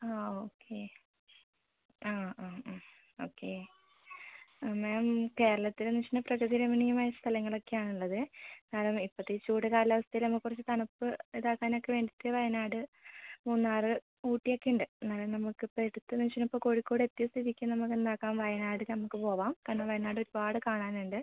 ആ ആ ഓക്കെ ആ ആ ആ ഓക്കെ മാം കേരളത്തിലെന്ന് വെച്ചിട്ട് പ്രകൃതി രമണീയമായ സ്ഥലങ്ങളൊക്കെ ആണ് ഉള്ളത് കാരണം ഇപ്പോഴത്തെ ചൂട് കാലാവസ്ഥയിൽ നമുക്ക് കുറച്ച് തണുപ്പ് ഇത് ആക്കാൻ ഒക്കെ വേണ്ടീട്ട് വയനാട് മൂന്നാർ ഊട്ടി ഒക്കെ ഉണ്ട് എന്നാലും നമുക്ക് ഇപ്പോൾ അടുത്തുന്ന് വെച്ചാൽ ഇപ്പോൾ കോഴിക്കോട് എത്തിയ സ്ഥിതിക്ക് നമുക്ക് എന്താക്കാം വയനാട് നമുക്ക് പോകാം കാരണം വയനാട് ഒരുപാട് കാണാൻ ഉണ്ട്